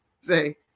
Say